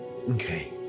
Okay